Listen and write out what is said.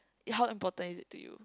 eh how important is it to you